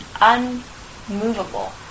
unmovable